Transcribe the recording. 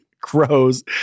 crows